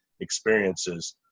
experiences